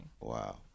Wow